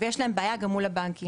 ויש להם בעיה גם מול הבנקים.